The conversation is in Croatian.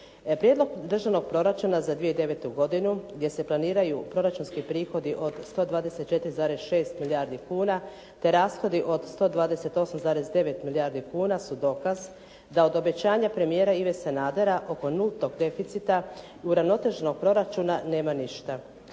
Prijedlog državnog proračuna za 2009. godinu gdje se planiraju proračunski prihodi od 124,6 milijardi kuna, te rashodi od 128,9 milijardi kuna su dokaz da od obećanja premijera Ive Sanadera oko nultog deficita i uravnoteženog proračuna nema ništa.